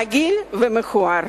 מגעיל ומכוער.